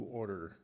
order